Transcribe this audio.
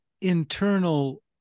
internal